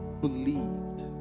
believed